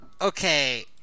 okay